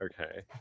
Okay